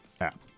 app